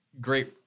great